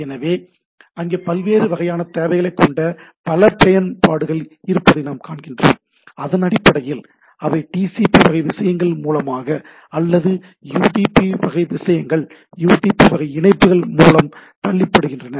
எனவே அங்கே பல்வேறு வகையான தேவைகளைக் கொண்ட பல பயன்பாடுகள் இருப்பதை நாம் காண்கிறோம் அதன் அடிப்படையில் அவை TCP வகை விஷயங்கள் மூலமாக அல்லது யுடிபி வகை விஷயங்கள் யுடிபி வகை இணைப்புகள் மூலம் தள்ளப்படுகின்றன